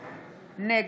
כן.